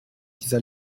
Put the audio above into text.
dieser